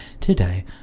today